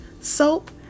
soap